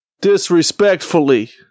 Disrespectfully